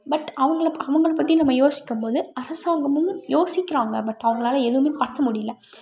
but அவங்களை அவங்களைப் பற்றி நம்ம யோசிக்கும்போது அரசாங்கமும் யோசிக்கிறாங்க பட் அவர்களால எதுவுமே பண்ணமுடியலை